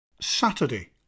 Saturday